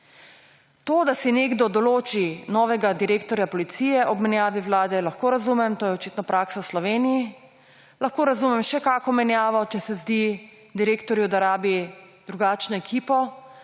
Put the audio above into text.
To, da si nekdo določi novega direktorja policije ob menjavi vlade, lahko razumem, to je očitno praksa v Sloveniji, lahko razumem še kakšno menjavo, če se zdi direktorju, da rabi drugačno ekipo.